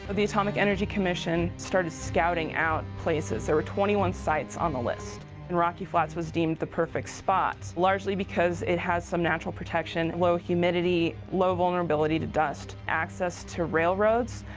the atomic energy commission started scouting out places, there were twenty one sites on the list and rocky flats was deemed the perfect spot, largely because it has some natural protection, low humidity, low vulnerability to dust, access to railroads,